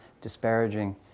disparaging